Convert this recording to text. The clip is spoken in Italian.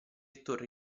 torri